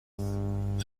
anyone